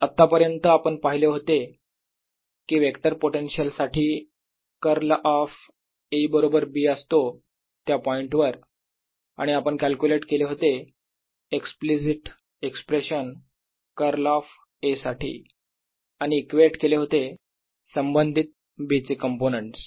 आत्तापर्यंत आपण पाहिले होते कि वेक्टर पोटेन्शियल साठी कर्ल ऑफ A बरोबर B असतो त्या पॉईंटवर आणि आपण कॅल्क्युलेट केले होते explicit expression curl of A साठी आणि ईक्वेट केले होते संबंधित B चे कंपोनेंट्स